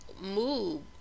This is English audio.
move